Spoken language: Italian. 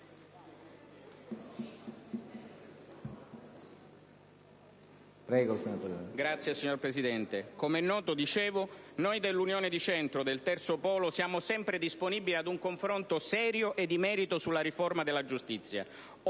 in peggio. Come è noto, noi dell'Unione di Centro e del Terzo Polo siamo sempre disponibili ad un confronto serio e di merito sulla riforma della giustizia